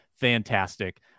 fantastic